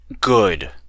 good